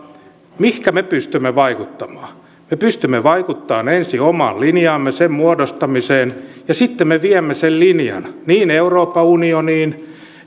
mihinkä me pystymme vaikuttamaan me pystymme vaikuttamaan ensin omaan linjaamme sen muodostamiseen ja sitten me viemme sen linjan niin euroopan unioniin